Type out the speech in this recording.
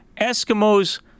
Eskimos